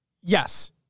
Yes